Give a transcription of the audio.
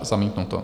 Zamítnuto.